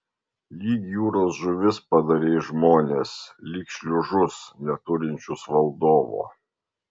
lyg jūros žuvis padarei žmones lyg šliužus neturinčius valdovo